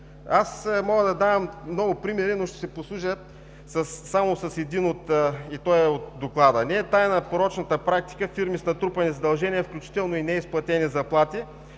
Мога да дам много примери, но ще си послужа само с един и той е от доклада. Не е тайна порочната практика фирми с натрупани задължения, включително и неизплатени заплати